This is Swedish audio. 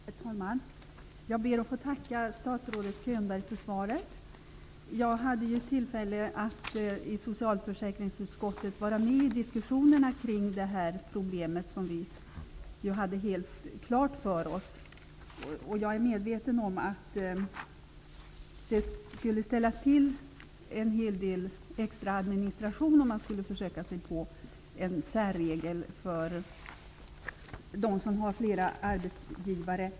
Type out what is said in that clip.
Herr talman! Jag ber att få tacka statsrådet Jag hade tillfälle att i socialförsäkringsutskottet vara med i diskussionerna kring det problem som vi hade helt klart för oss. Jag är medveten om att det skulle ställa till en hel del extra administration om man skulle försöka sig på en särregel för dem som har flera arbetsgivare.